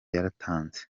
yaratanze